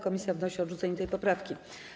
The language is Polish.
Komisja wnosi o odrzucenie tej poprawki.